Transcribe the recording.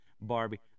barbie